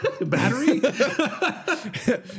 Battery